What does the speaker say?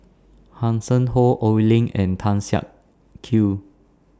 Hanson Ho Oi Lin and Tan Siak Kew